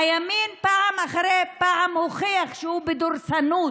הימין, פעם אחרי פעם, מוכיח שהוא בדורסנות